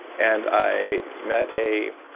and i met a